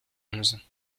onze